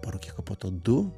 parukyk o po to du